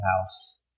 house